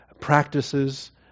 practices